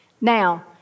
Now